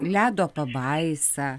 ledo pabaisa